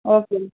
okay ma'am